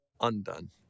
undone